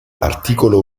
articolo